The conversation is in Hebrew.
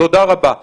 תודה רבה.